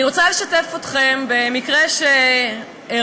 אני רוצה לשתף אתכם במקרה שאירע.